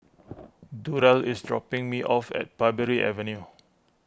Durrell is dropping me off at Parbury Avenue